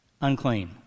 Unclean